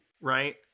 right